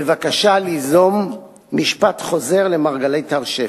בבקשה ליזום משפט חוזר למרגלית הר-שפי.